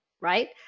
right